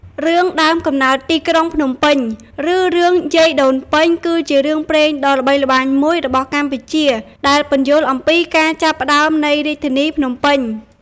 រឿង ដើមកំណើតទីក្រុងភ្នំពេញ ឬ រឿងយាយដូនពេញ គឺជារឿងព្រេងដ៏ល្បីល្បាញមួយរបស់កម្ពុជា ដែលពន្យល់អំពីការចាប់ផ្តើមនៃរាជធានីភ្នំពេញ។